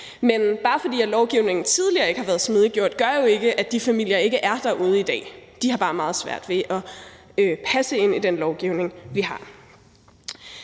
Men bare fordi lovgivningen tidligere ikke har været smidig, gør det jo ikke, at de familier ikke er derude i dag. De har bare meget svært ved at passe ind i den lovgivning, vi har.